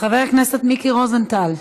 חבר הכנסת מיקי רוזנטל,